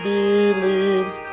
believes